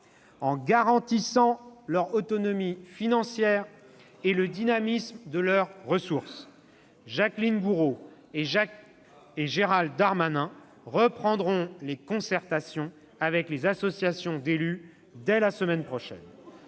en garantissant leur autonomie financière et le dynamisme de leurs ressources. Jacqueline Gourault et Gérald Darmanin reprendront les concertations avec les associations d'élus dès la semaine prochaine.